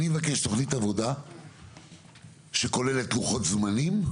אני אבקש תוכנית עבודה שכוללת לוחות זמנים,